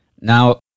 Now